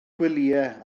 gwelyau